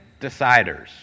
deciders